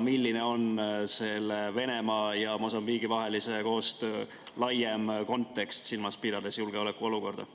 Milline on Venemaa ja Mosambiigi vahelise koostöö laiem kontekst, silmas pidades julgeolekuolukorda?